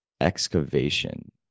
excavation